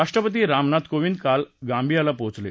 राष्ट्रपती रामनाथ कोविंद काल गांबियाला पोचले